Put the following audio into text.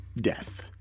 death